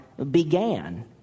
Began